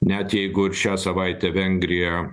net jeigu ir šią savaitę vengrija